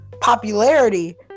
popularity